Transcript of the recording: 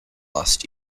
last